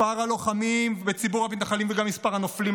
מספר הלוחמים בציבור המתנחלים וגם מספר הנופלים,